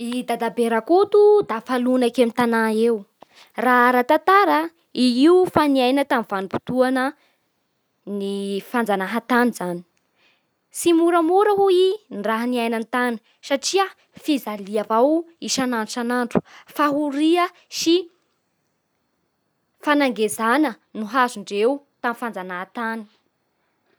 I dadabe Rakoto da fa lonaky amin'y tanà io eo. Raha ara-tantara i io fa niaina tamin'ny vanim-potoana ny fanjanahan-tany zany. Tsy moramora hoy i ny raha niainany tany satria fijalia avao isan'andro isan'andro. Fahoria sy fanangejana no hazondreo tamin'ny fanjanahan-tany.